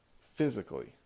physically